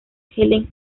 helen